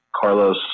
carlos